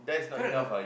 correct or not